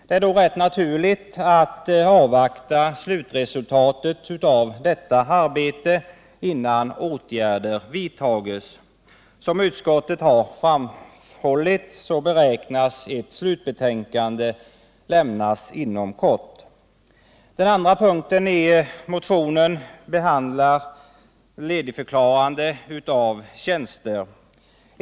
Det är därför rätt naturligt att avvakta slutresultatet av detta arbete innan åtgärder vidtas, men som utskottet har framhållit beräknas ett slutbetänkande komma att lämnas inom kort. Den andra punkten i motionen behandlar ledigförklarandet av tjänster.